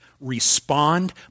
respond